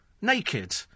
naked